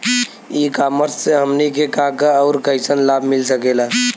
ई कॉमर्स से हमनी के का का अउर कइसन लाभ मिल सकेला?